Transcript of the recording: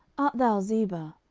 art thou ziba?